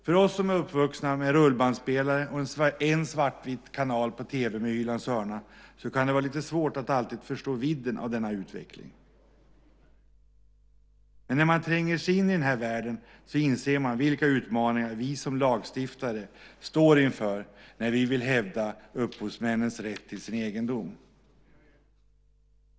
För oss som är uppvuxna med rullbandspelare och en svartvit kanal på tv med Hylands hörna kan det vara lite svårt att alltid förstå vidden av denna utveckling, men när man tränger sig in i denna värld inser man vilka utmaningar som vi lagstiftare står inför när vi vill hävda upphovsmännens rätt till sin egendom.